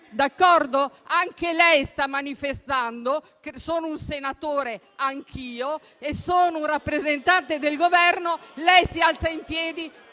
d'accordo? Anche lei sta manifestando, ma sono un senatore anch'io e sono un rappresentante del Governo e lei si alza in piedi